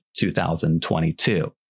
2022